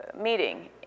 meeting